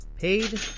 paid